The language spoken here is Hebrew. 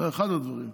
זה אחד הדברים,